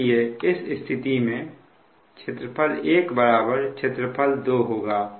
इसलिए इस स्थिति में क्षेत्रफल 1 क्षेत्रफल 2 होगा